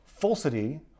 Falsity